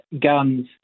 guns